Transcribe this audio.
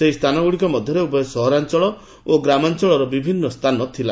ସେହି ସ୍ଥାନଗୁଡ଼ିକ ମଧ୍ୟରେ ଉଭୟ ସହରାଞ୍ଚଳ ଓ ଗ୍ରାମାଞ୍ଚଳର ବିଭିନ୍ନ ସ୍ଥାନ ଥିଲା